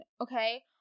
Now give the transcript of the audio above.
okay